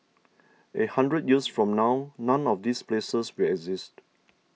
a hundred years from now none of these places will exist